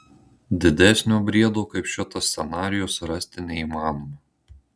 didesnio briedo kaip šitas scenarijus rasti neįmanoma